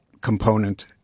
component